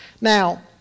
Now